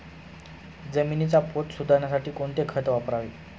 जमिनीचा पोत सुधारण्यासाठी कोणते खत वापरावे?